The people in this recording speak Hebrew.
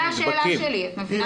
זו השאלה שלי, את מבינה?